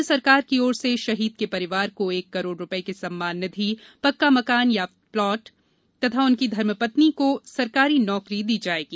राज्य सरकार की ओर से शहीद के परिवार को एक करोड़ रुपए की सम्मान निधि पक्का मकान या प्लॉट तथा उनकी धर्मपत्नी को सरकारी नौकरी दी जाएगी